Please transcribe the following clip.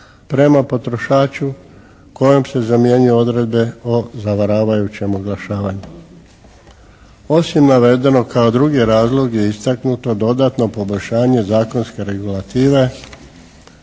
prema potrošaču kojom se zamjenjuju odredbe o zavaravajućem oglašavanju. Osim navedenog, kao drugi razlog je istaknuto dodatno poboljšanje zakonske regulative